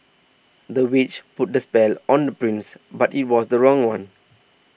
the witch put a spell on the prince but it was the wrong one